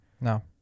No